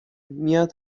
میاد